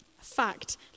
Fact